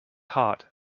heart